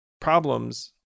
problems